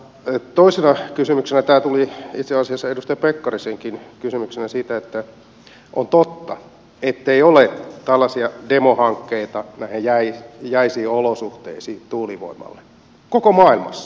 toisena kysymyksenä tämä tuli itse asiassa edustaja pekkarisenkin kysymyksenä että on totta ettei ole tällaisia demohankkeita näihin jäisiin olosuhteisiin tuulivoimalle koko maailmassa